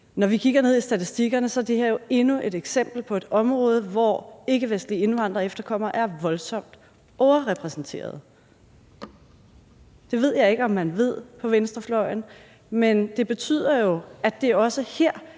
statistikkerne, er det her jo endnu et eksempel på et område, hvor ikkevestlige indvandrere og efterkommere er voldsomt overrepræsenteret. Det ved jeg ikke om man ved på venstrefløjen, men det betyder jo, at det også her er